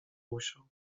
musiał